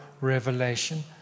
revelation